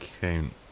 count